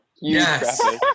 Yes